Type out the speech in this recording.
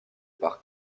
par